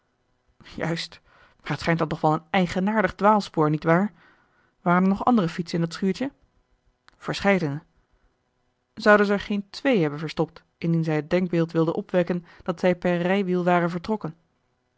juist maar het schijnt dan toch wel een eigenaardig dwaalspoor niet waar waren er nog andere fietsen in dat schuurtje illustratie welke theorie houdt u er op na verscheidene zouden zij er geen twee hebben verstopt indien zij het denkbeeld wilden opwekken dat zij per rijwiel waren vertrokken